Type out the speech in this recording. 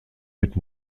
mit